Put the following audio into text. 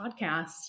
podcast